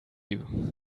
you